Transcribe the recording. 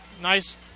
nice